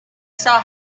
saw